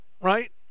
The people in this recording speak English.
right